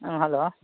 ꯑꯥ hello